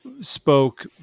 spoke